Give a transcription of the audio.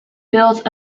built